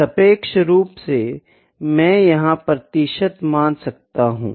सापेक्ष रूप से मैं यहां प्रतिशत मान सकता हूं